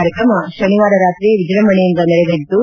ಕಾರಕ್ತಮ ಶನಿವಾರ ರಾತ್ರಿ ವಿಜ್ಞಂಭಣೆಯಿಂದ ನೆರವೇರಿತು